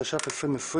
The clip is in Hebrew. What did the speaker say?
התש"ף-2020,